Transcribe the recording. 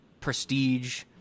Prestige